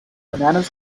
bananas